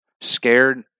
scared